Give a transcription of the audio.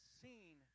seen